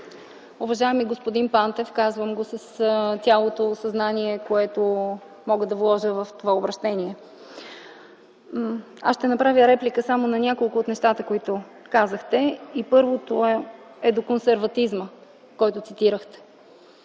Уважаеми господин Пантев, казвам го с цялото съзнание, което мога да вложа в това обръщение, ще направя реплика само на няколко от нещата, които казахте. Първото е за консерватизма, който цитирахте.